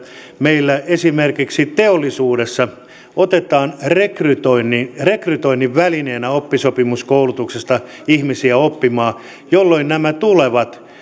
meillä esimerkiksi teollisuudessa otetaan rekrytoinnin rekrytoinnin välineenä oppisopimuskoulutuksesta ihmisiä oppimaan jolloin nämä tulevat